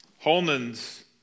Holman's